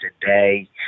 today